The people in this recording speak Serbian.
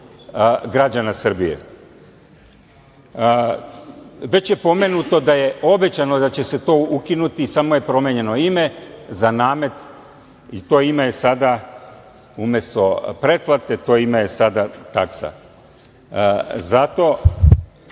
građana Srbije. Već je pomenuto da je obećano da će se to ukinuti, samo je promenjeno ime za namet i, umesto pretplate, to ime je sada taksa. Zato